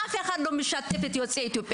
אף אחד לא משתף את יוצאי אתיופיה.